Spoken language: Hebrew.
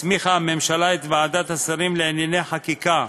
הסמיכה הממשלה את ועדת השרים לענייני חקיקה,